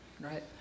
Right